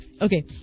Okay